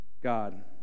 God